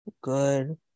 good